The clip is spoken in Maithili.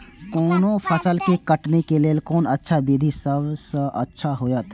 कोनो फसल के कटनी के लेल कोन अच्छा विधि सबसँ अच्छा होयत?